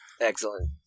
Excellent